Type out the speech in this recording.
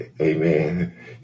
Amen